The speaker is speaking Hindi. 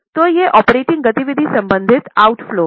तो यह ऑपरेटिंग गतिविधि संबंधित आउटफ़्लो है